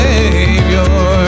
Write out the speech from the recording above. Savior